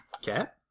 Cat